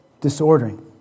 disordering